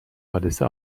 حادثه